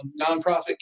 nonprofit